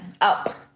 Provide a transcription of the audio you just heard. up